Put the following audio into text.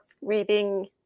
reading